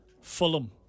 Fulham